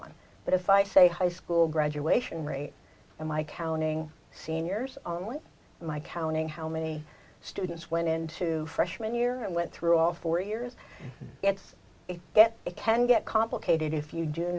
one but if i say high school graduation rate and my counting seniors only my counting how many students went into freshman year and went through all four years it's a get it can get complicated if you do